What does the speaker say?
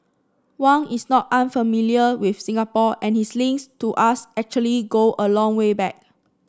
Wang is not unfamiliar with Singapore and his links to us actually go a long way back